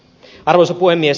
arvoisa puhemies